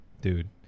Dude